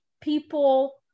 people